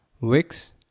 Wix